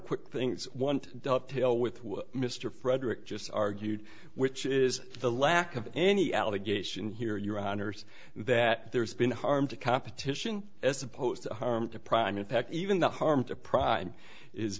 quick things one up hill with mr frederick just argued which is the lack of any allegation here your honour's that there has been harm to competition as opposed to harm to prime in fact even the harm to prime is